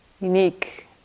unique